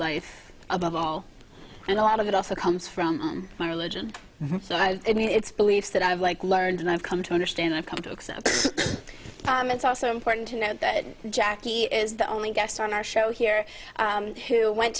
life above all and a lot of it also comes from my religion so i mean it's beliefs that i have like learned and i've come to understand i've come to accept it's also important to know that jackie is the only guest on our show here who went